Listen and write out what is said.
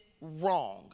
wrong